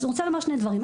אני רוצה לומר שני דברים.